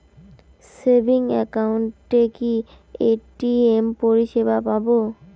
Savings একাউন্টে কি ATM পরিসেবা পাব?